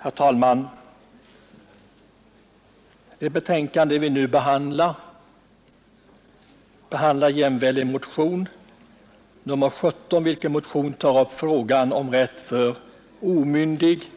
Herr talman! Det betänkande vi nu behandlar avser jämväl en motion nr 17, vilken motion tar upp frågan om rätt för omyndig